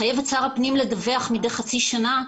מחייב את שר הפנים לדווח מדי חצי שנה.